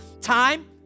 Time